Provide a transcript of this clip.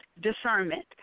discernment